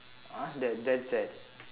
uh that that's that